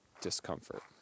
discomfort